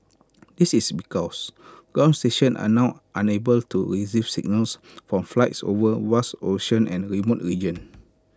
this is because ground station are now unable to receive signals from flights over vast ocean and remote region